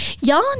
y'all